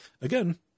again